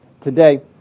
today